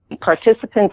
Participants